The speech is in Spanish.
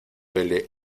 vele